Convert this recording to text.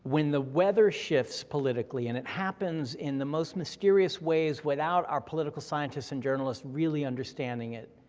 when the weather shifts politically, and it happens in the most mysterious ways without our political scientists and journalists really understanding it,